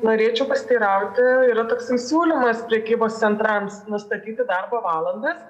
norėčiau pasiteirauti yra toks siūlymas prekybos centrams nustatyti darbo valandas